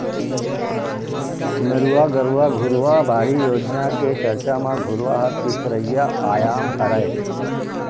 नरूवा, गरूवा, घुरूवा, बाड़ी योजना के चरचा म घुरूवा ह तीसरइया आयाम हरय